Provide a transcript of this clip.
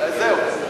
אז זהו.